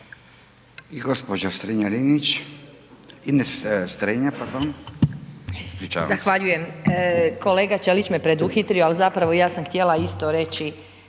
se. **Strenja, Ines (Nezavisni)** Zahvaljujem. Kolega Ćelić me preduhitrio, ali zapravo, ja sam htjela isto reći